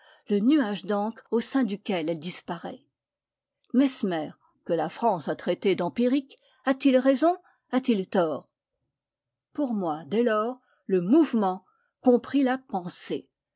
le nuage d'encre au sein duquel elle disparaît mesmer que la france a traité d'empirique a-t-il raison a-t-il tort pour moi dès lors le mouvement comprit la pensée